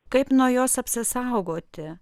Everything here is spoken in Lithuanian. kaip nuo jos apsisaugoti